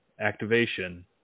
activation